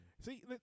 see